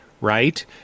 right